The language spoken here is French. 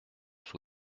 sous